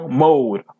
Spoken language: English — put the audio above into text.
mode